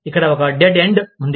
ఇక్కడ ఒక dead end ఉంది